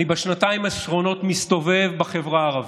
בשנתיים האחרונות מסתובב בחברה הערבית,